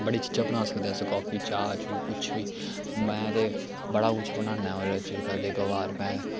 बड़ी चीजां बना सकदे अस काफी चाह् चू कुछ बी में ते बड़ा कुछ बनाना ओह्दे बिच्च कदें कभार में